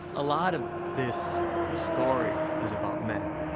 a lot of this story is about men,